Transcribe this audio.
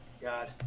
God